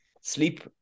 sleep